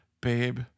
babe